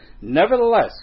nevertheless